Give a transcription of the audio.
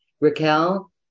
Raquel